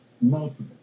Multiple